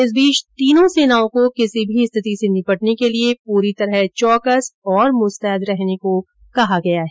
इस बीच तीनों सेनाओं को किसी भी स्थिति से निपटने के लिए पूरी तरह चौकस तथा मुस्तैद रहने को कहा गया है